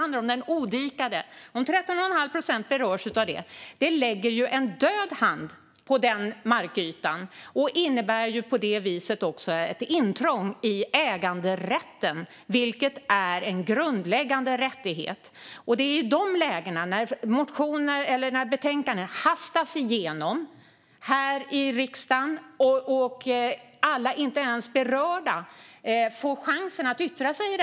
När den odikade torvmarken berörs av detta läggs det en död hand över den markytan. Det innebär också ett intrång i äganderätten, som är en grundläggande rättighet. I ett sådant läge hastas ett betänkande igenom här i riksdagen, och de berörda får inte chansen att yttra sig.